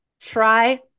Try